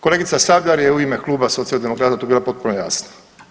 Kolegica Sabljar je u ime Kluba Socijaldemokrata tu bila potpuno jasna.